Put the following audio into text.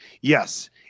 yes